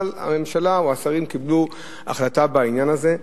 אבל הממשלה או השרים קיבלו החלטה בעניין הזה.